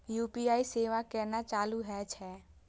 UPI सेवा केना चालू है छै?